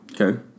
Okay